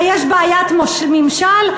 מה, יש בעיית ממשל?